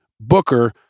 Booker